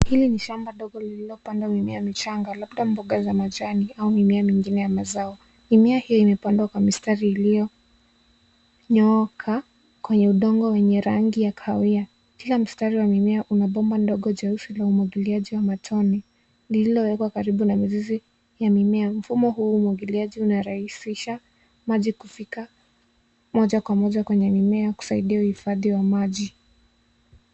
Hili ni shamba ndogo lililopandwa mimea michanga labda mboga za majani au mimea mingine ya mazao. Mimea hii imepandwa kwa mistari iliyonyooka kwenye udongo wenye rangi ya kahawia. Kila mstari wa mimea una bomba ndogo jeusi la umwagiliaji wa matone lililowekwa karibu na mizizi ya mimea. Mfumo huu wa umagiliaji una rahisisha maji kufika moja kwa moja kwenye mimea kusaidia uhifadhi wa maji.